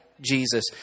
Jesus